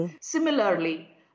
Similarly